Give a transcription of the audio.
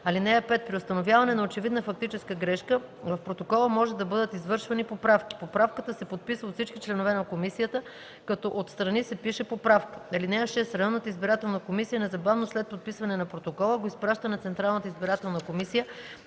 (5) При установяване на очевидна фактическа грешка в протокола може да бъдат извършвани поправки. Поправката се подписва от всички членове на комисията, като отстрани се пише „поправка”. (6) Районната избирателна комисия незабавно след подписване на протокола го изпраща на Централната избирателна комисия